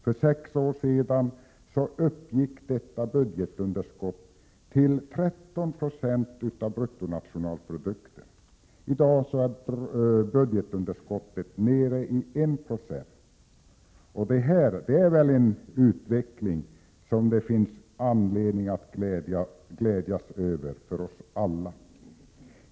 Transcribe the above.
För sex år sedan uppgick detta till 13 96 av bruttonationalprodukten. I dag är budgetunderskottet nere i 1 20. Det är väl en utveckling som det för oss alla finns anledning att glädjas över.